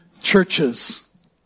churches